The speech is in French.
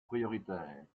prioritaires